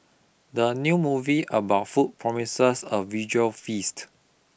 the new movie about food promises a visual feast